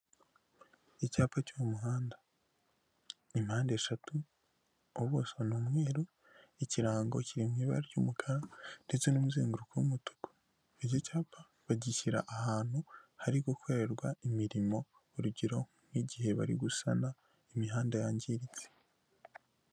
Icyapa cyo mu muhanda impande eshatu, ubuso nimweru, ikirango kiri mu ibara ry'umukara ndetse n'umuzenguruko w'umutuku, icyo cyapa bagishyira ahantu hari gukorerwa imirimo urugero nk'igihe bari gusana imihanda yangiritse.